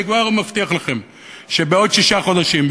אני כבר מבטיח לכם שבעוד שישה חודשים,